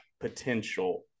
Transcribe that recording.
potential